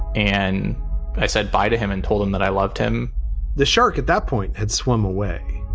and i said by to him and told him that i loved him the shark at that point had swim away.